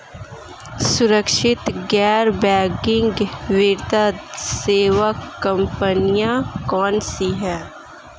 सुरक्षित गैर बैंकिंग वित्त सेवा कंपनियां कौनसी हैं?